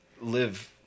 live